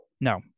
no